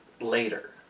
Later